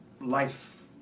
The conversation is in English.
life